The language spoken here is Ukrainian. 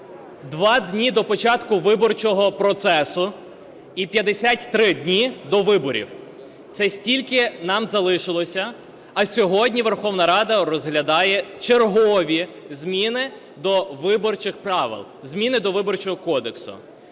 Два дні до початку виборчого процесу і 53 дні до виборів. Це стільки нам залишилося, а сьогодні Верховна Рада розглядає чергові зміни до виборчих правил, зміни до Виборчого кодексу.